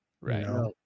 right